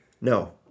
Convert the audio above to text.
No